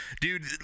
Dude